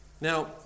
Now